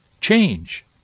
change